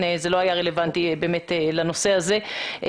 וזה לא היה רלוונטי באמת לנושא הזה.